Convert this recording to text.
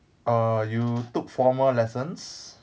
err you took formal lessons